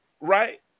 right